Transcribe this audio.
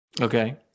Okay